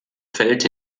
fällt